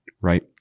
Right